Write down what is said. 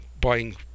buying